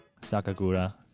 Sakagura